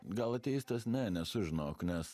gal ateistas ne nesu žinok nes